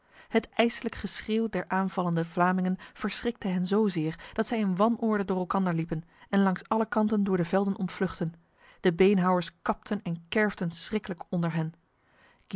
het ijslijk geschreeuw der aanvallende vlamingen verschrikte hen zozeer dat zij in wanorde door elkander liepen en langs alle kanten door de velden ontvluchtten de beenhouwers kapten en kerfden schriklijk onder hen